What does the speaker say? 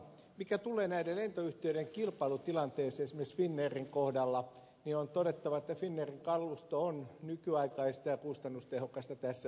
mitä tulee näiden lentoyhtiöiden kilpailutilanteeseen esimerkiksi finnairin kohdalla on todettava että finnairin kalusto on nykyaikaista ja kustannustehokasta tässä mielessä